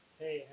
hey